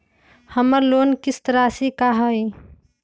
हमर लोन किस्त राशि का हई?